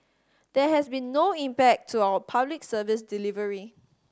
there has been no impact to our Public Service delivery